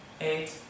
eight